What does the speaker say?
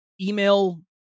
email